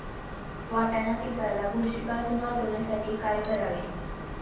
वाटाणा पिकाला बुरशीपासून वाचवण्यासाठी काय करावे?